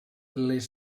les